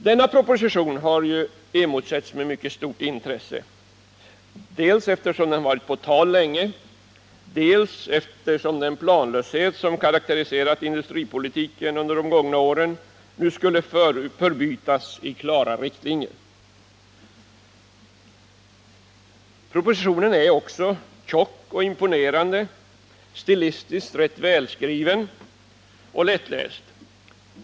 Denna proposition har emotsetts med mycket stort intresse, dels eftersom den varit på tal länge, dels eftersom den planlöshet som karakteriserat industripolitiken under de gångna åren nu skulle förbytas i klara riktlinjer. Propositionen är också tjock och imponerande, stilistiskt rätt välskriven och lättläst.